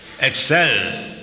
excel